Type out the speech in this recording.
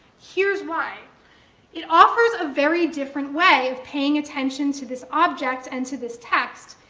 here's why it offers a very different way of paying attention to this object and to this text,